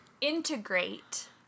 integrate